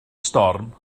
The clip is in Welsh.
storm